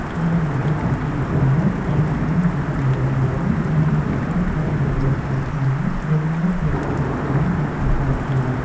ស្លាកយីហោអាជីវកម្មដែលមិនបានដំឡើងឱ្យរឹងមាំអាចនឹងរបេះធ្លាក់មកលើផ្លូវថ្នល់ ឬបោកទៅលើរថយន្តដែលកំពុងចត។